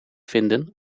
vinden